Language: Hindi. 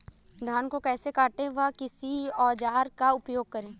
धान को कैसे काटे व किस औजार का उपयोग करें?